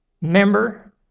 member